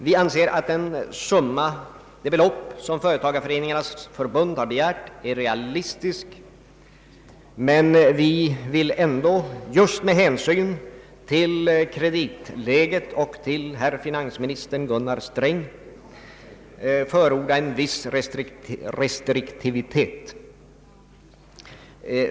Vi anser att den summa som Företagareföreningarnas riksförbund har begärt är realistisk, men vi vill ändå med hänsyn till kreditläget och till herr finansministern Gunnar Strängs problem förorda en viss restriktivitet.